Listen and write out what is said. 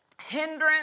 hindrance